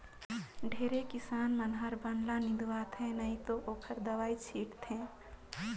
ढेरे किसान मन हर बन ल निंदवाथे नई त ओखर दवई छींट थे